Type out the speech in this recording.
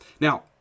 Now